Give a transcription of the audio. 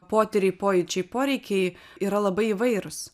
potyriai pojūčiai poreikiai yra labai įvairūs